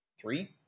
three